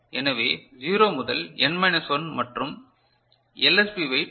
எனவே 0 முதல் n minus 1 மற்றும் LSB weight 2 power n minus 1